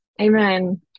Amen